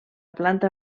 planta